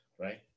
right